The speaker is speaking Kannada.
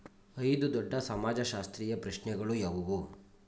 ಐದು ದೊಡ್ಡ ಸಮಾಜಶಾಸ್ತ್ರೀಯ ಪ್ರಶ್ನೆಗಳು ಯಾವುವು?